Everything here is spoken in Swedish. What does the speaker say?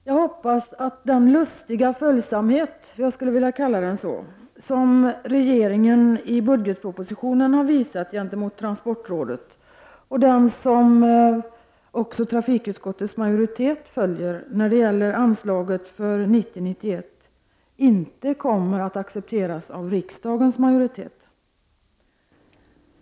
Jag hoppas att den lustiga följsamhet — jag skulle vilja kalla den så — som regeringen i budgetpropositionen och också trafikutskottets majoritet har visat gentemot transportrådet, när det gäller anslaget för 1990/91, inte kommer att accepteras av riksdagens majoritet.